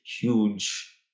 huge